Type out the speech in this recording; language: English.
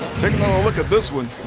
look at this one.